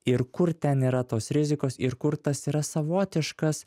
ir kur ten yra tos rizikos ir kur tas yra savotiškas